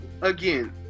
again